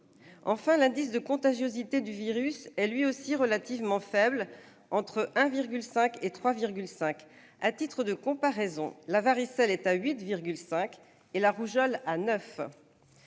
Enfin, l'indice de contagiosité du virus est lui aussi relativement faible, entre 1,5 et 3,5. À titre de comparaison, celui de la varicelle est de 8,5 et celui de la rougeole de 9.